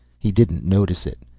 he didn't notice it.